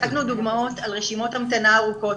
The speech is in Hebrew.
הצגנו דוגמאות על רשימות המתנה ארוכות,